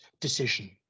decision